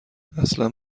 اصلا